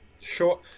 Sure